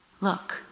Look